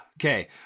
Okay